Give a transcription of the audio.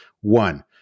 One